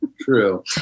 true